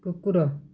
କୁକୁର